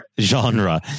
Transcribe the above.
genre